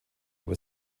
über